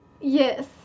Yes